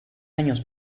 años